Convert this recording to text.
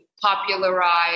popularize